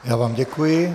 Já vám děkuji.